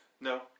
No